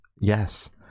yes